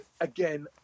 again